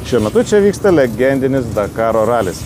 šiuo metu čia vyksta legendinis dakaro ralis